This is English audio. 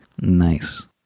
nice